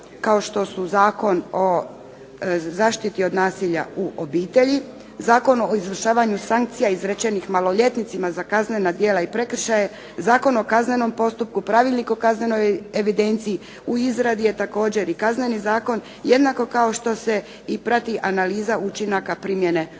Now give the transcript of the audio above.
kao što su Zakon o zaštiti nasilja u obitelji, Zakon o izvršavanju sankcija izrečenih maloljetnicima za kaznena djela i prekršaje, Zakon o kaznenom postupku, Pravilnik o kaznenoj evidenciji. U izradi je također i Kazneni zakon, jednako kao što se prati i analiza učinaka primjene